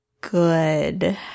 good